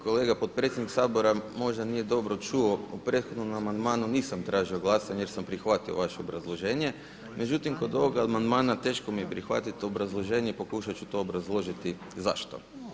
Kolega potpredsjednik Sabora možda nije dobro čuo o prethodnom amandmanu nisam tražio glasanje jer sam prihvatio vaše obrazloženje, međutim kod ovoga amandmana teško mi je prihvatiti obrazloženje pokušat ću to obrazložiti zašto.